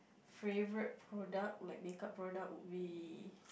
favourite product like make up product would be